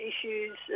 issues